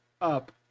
up